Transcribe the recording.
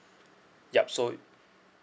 yup so